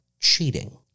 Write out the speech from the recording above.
Cheating